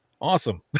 Awesome